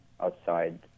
outside